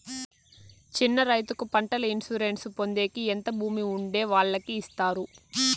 చిన్న రైతుకు పంటల ఇన్సూరెన్సు పొందేకి ఎంత భూమి ఉండే వాళ్ళకి ఇస్తారు?